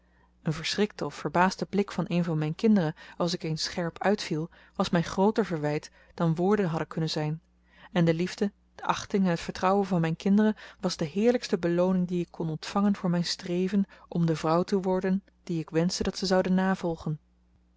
een verschrikte of verbaasde blik van een van mijn kinderen als ik eens scherp uitviel was mij grooter verwijt dan woorden hadden kunnen zijn en de liefde de achting en het vertrouwen van mijn kinderen was de heerlijkste belooning die ik kon ontvangen voor mijn streven om de vrouw te worden die ik wenschte dat ze zouden navolgen